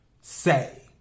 say